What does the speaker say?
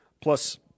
Plus –